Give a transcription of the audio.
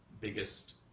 biggest